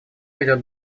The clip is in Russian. ведет